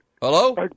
Hello